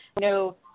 no